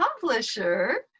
publisher